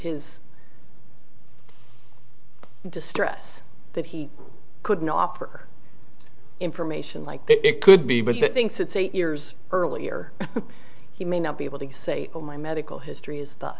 his distress that he couldn't offer information like it could be but that thinks it's eight years earlier he may not be able to say all my medical history is